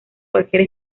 cualquier